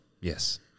Yes